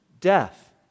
death